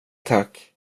tack